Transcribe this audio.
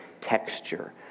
texture